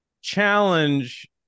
challenge